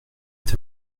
est